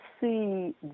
see